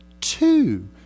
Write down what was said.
Two